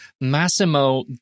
Massimo